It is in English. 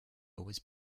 was